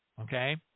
Okay